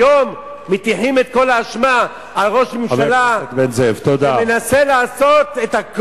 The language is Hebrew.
היום מטיחים את כל האשמה על ראש ממשלה שמנסה לעשות,